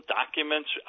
documents